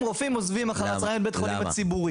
הרופאים עוזבים אחר הצוהריים את בית החולים הציבורי.